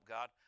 God